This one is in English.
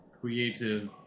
creative